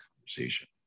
conversation